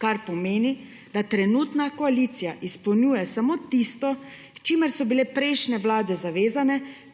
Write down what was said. ker pomeni, da trenutna koalicija izpolnjuje samo tisto k čimer so bile prejšnje vlade zavezane,